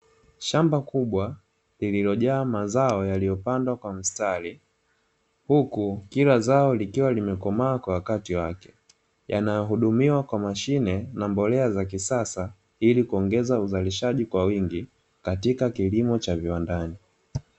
Shama kubwa lililojaa mazao yaliyopandwa kwa mstari, huku kila zao likiwa limekomaa kwa wakati wake, yanayohudumiwa mkwa mashine na vifaa vya kisasa ili kuongeza uzalishaji kwa wingi katika kilimo cha viwandani.